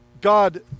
God